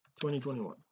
2021